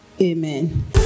Amen